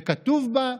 וכתוב בה: